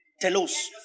Telos